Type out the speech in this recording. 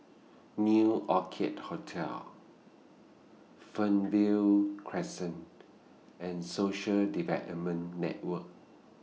New Orchid Hotel Fernvale Crescent and Social Development Network